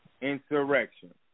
Insurrection